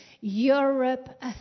Europe